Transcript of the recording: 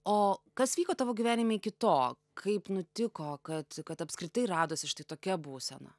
o kas vyko tavo gyvenime iki to kaip nutiko kad kad apskritai radosi štai tokia būsena